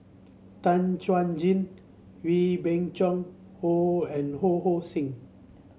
Tan Chuan Jin Wee Beng Chong Ho and Ho Hong Sing